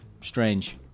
Strange